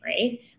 right